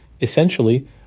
Essentially